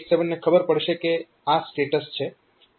તો 8087 ને ખબર પડશે કે આ સ્ટેટસ છે